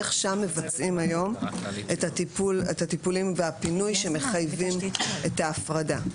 איך שם מבצעים היום את הטיפולים והפינוי שמחייבים את ההפרדה?